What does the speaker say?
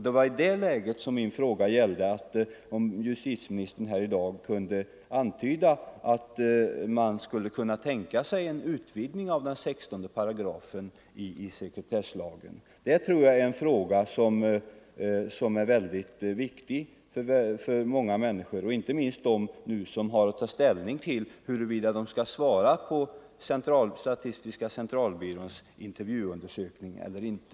Det var i det läget som min fråga gällde om justitieministern i dag kunde antyda att man skulle kunna tänka sig en utvidgning av 16 § i sekretesslagen. Jag tror att detta är en väldigt viktig fråga för många människor, inte minst för dem som har att ta ställning till huruvida de skall svara på statistiska centralbyråns intervjuundersökning eller inte.